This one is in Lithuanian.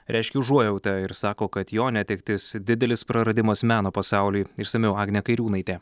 reiškė užuojautą ir sako kad jo netektis didelis praradimas meno pasauliui išsamiau agnė kairiūnaitė